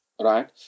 Right